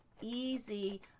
easy